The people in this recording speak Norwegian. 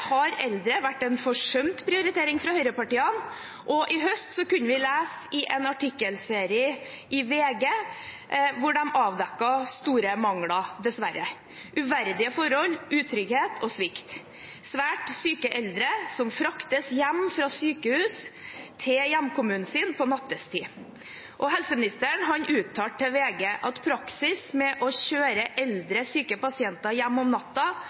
har eldre vært en forsømt prioritering fra høyrepartiene, og i høst kunne vi lese en artikkelserie i VG der de avdekket store mangler – dessverre. Det var uverdige forhold, utrygghet og svikt, og svært syke eldre ble fraktet hjem fra sykehus til hjemkommunen sin nattetid. Helseministeren uttalte til VG at praksis med å kjøre eldre, syke pasienter